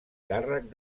càrrec